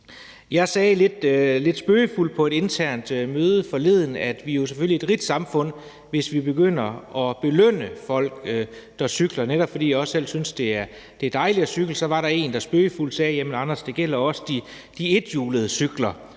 Jeg sagde lidt spøgefuldt på et internt møde forleden, at vi jo selvfølgelig er et rigt samfund, hvis vi begynder at belønne folk, der cykler. Netop fordi jeg selv synes, det er dejligt at cykle, var der en, der spøgefuldt sagde: Jamen Anders, det gælder også de ethjulede cykler.